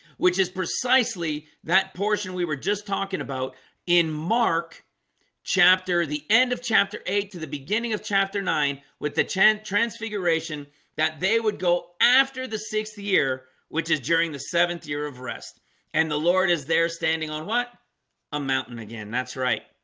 which is precisely that portion we were just talking about in mark chapter the end of chapter eight to the beginning of chapter nine with the transfiguration that they would go after the sixth year, which is during the seventh year of rest and the lord is there standing on what a mountain again? that's right